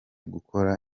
gukora